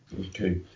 Okay